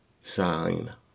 sign